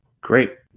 Great